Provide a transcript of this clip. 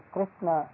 Krishna